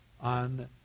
on